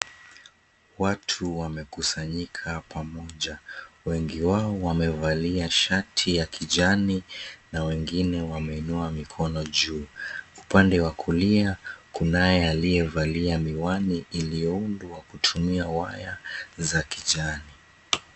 Watu wamekusanyika pamoja. Wengi wao wamevalia shati ya kijani na wengine wameinua mikono juu. Upande wa kulia kunaye aliyevalia miwani iliyoundwa kutumia waya za kijani.